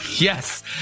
Yes